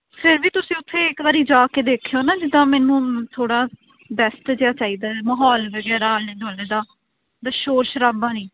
ਫਿਰ ਵੀ ਤੁਸੀਂ ਉੱਥੇ ਇੱਕ ਵਾਰ ਜਾ ਕੇ ਦੇਖਿਓ ਨਾ ਜਿੱਦਾਂ ਮੈਨੂੰ ਥੋੜ੍ਹਾ ਬੈਸਟ ਜਿਹਾ ਚਾਹੀਦਾ ਮਾਹੌਲ ਵਗੈਰਾ ਆਲੇ ਦੁਆਲੇ ਦਾ ਜਿੱਦਾਂ ਸ਼ੋਰ ਸ਼ਰਾਬਾ ਨਹੀਂ